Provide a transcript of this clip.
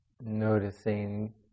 Noticing